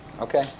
Okay